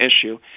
issue